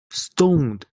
stoned